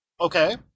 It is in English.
Okay